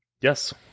Yes